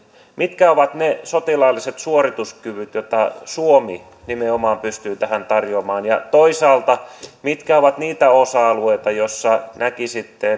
mitkä ovat ne sotilaalliset suorituskyvyt joita suomi nimenomaan pystyy tähän tarjoamaan ja toisaalta mitkä ovat niitä osa alueita joista näkisitte